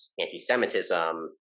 anti-semitism